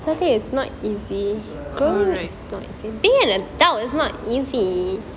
alright